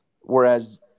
Whereas